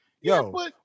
yo